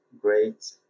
great